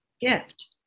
gift